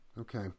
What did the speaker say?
Okay